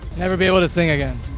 never be able to sing again.